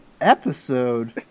episode